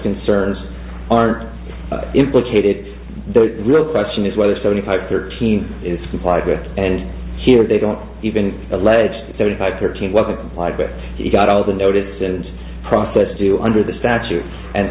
concerns aren't implicated the real question is whether seventy five thirteen is complied with and here they don't even alleged seventy five thirteen was applied but he got all the notice and process do under the statute and